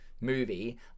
movie